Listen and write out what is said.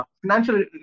Financial